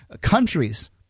countries